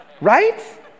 Right